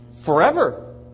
forever